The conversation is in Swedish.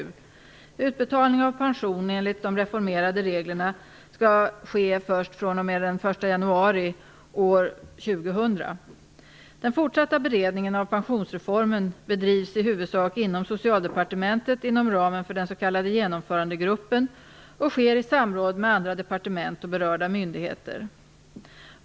Utbetalning av pension enligt de reformerade reglerna skall dock ske först fr.o.m. den 1 januari år 2000. Den fortsatta beredningen av pensionsreformen bedrivs i huvudsak inom Socialdepartementet inom ramen för den s.k. genomförandegruppen och sker i samråd med andra departement och berörda myndigheter.